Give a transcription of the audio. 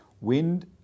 Wind